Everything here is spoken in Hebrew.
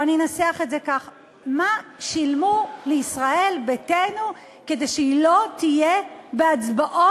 או אני אנסח את זה ככה: מה שילמו לישראל ביתנו כדי שהיא לא תהיה בהצבעות